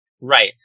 Right